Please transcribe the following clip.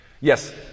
Yes